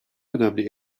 önemli